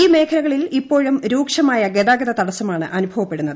ഈ മേഖലയിൽ ഇപ്പോഴും രൂക്ഷമായ ഗതാഗത തടസമാണ് അനുഭവപ്പെടുന്നത്